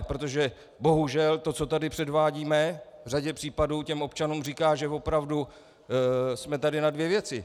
Protože bohužel to, co tady předvádíme, v řadě případů těm občanům říká, že opravdu jsme tady na dvě věci.